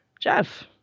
Jeff